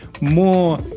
more